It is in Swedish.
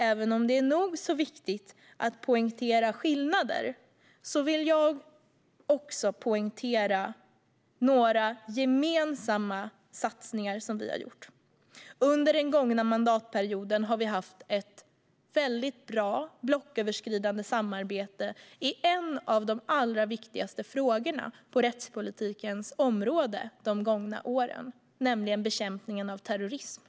Även om det är nog så viktigt att poängtera skillnader vill jag också poängtera några gemensamma satsningar som vi har gjort. Under den gångna mandatperioden har vi haft ett väldigt bra blocköverskridande samarbete i en av de allra viktigaste frågorna på rättspolitikens område de gångna åren, nämligen bekämpningen av terrorism.